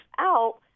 out